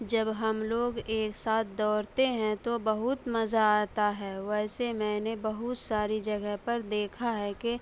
جب ہم لوگ ایک ساتھ دوڑتے ہیں تو بہت مزہ آتا ہے ویسے میں نے بہت ساری جگہ پر دیکھا ہے کہ